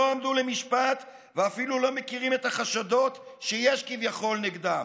עמדו למשפט ואפילו לא מכירים את החשדות שיש כביכול נגדם.